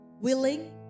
willing